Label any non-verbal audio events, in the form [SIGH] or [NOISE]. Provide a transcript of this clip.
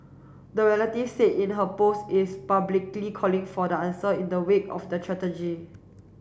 the relative said in her post is publicly calling for the answer in the wake of the [UNINTELLIGIBLE]